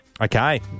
Okay